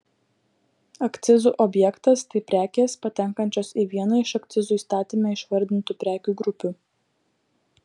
akcizų objektas tai prekės patenkančios į vieną iš akcizų įstatyme išvardintų prekių grupių